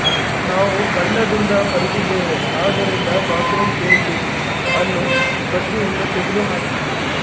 ನಾವು ಬಣ್ಣದಿಂದ ಹೊರಗಿದ್ದೇವೆ ಆದ್ದರಿಂದ ಬಾತ್ರೂಮ್ ಪೇಂಟಿಂಗನ್ನು ಪಟ್ಟಿಯಿಂದ ತೆಗೆದುಹಾಕಿ